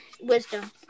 wisdom